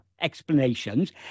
explanations